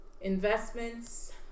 Investments